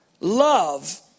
Love